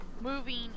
moving